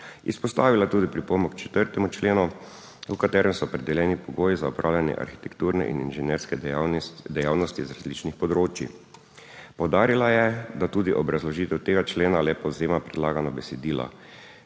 Izpostavila je tudi pripombo k 4. členu, v katerem so opredeljeni pogoji za opravljanje arhitekturne in inženirske dejavnosti z različnih področij. Poudarila je, da tudi obrazložitev tega člena le povzema predlagano besedilo,